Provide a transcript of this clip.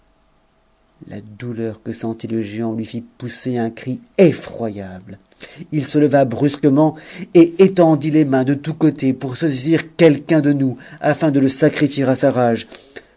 la douleur que sentit le géant lui fit pousser un cri effroyable l'se leva brusquement et étendit les mains de tous côtés pour saisir quelu'uti de nous afin de le sacrifier sa rage